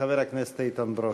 חבר הכנסת איתן ברושי.